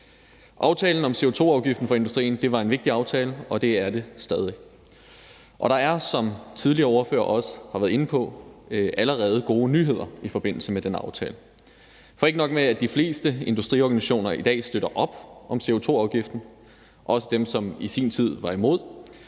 Aftalen om CO2-afgiften for industrien var en vigtig aftale, og det er det stadig. Der er, som tidligere ordførere også har været inde på, allerede gode nyheder i forbindelse med den aftale. For ikke nok med at de fleste industriorganisationer i dag støtter op om CO2-afgiften, også dem, som i sin tid var imod,